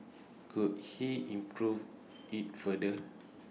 could he improve IT further